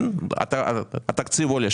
כן, התקציב עולה.